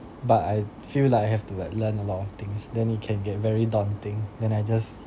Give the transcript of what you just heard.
but I feel like I have to like learn a lot of things then it can get very daunting then I just